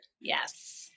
Yes